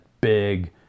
big